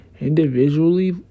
individually